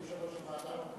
יושב-ראש הוועדה,